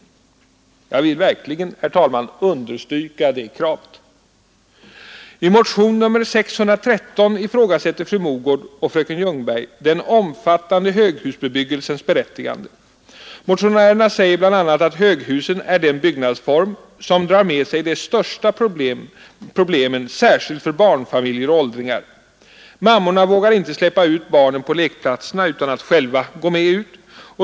Jag vill verkligen, herr talman, understryka det kravet. I motionen 613 ifråga omfattande höghusbebyggelsens berättigande. Motionärerna säger bl.a. att höghusen är den byggnadsform som drar med sig de största problemen, särskilt för barnfamiljer och åldringar. Mammorna vagar inte släppa ut barnen på lekplatserna utan att själva ga med ut.